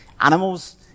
Animals